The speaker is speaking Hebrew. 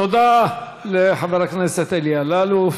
תודה לחבר הכנסת אלי אלאלוף.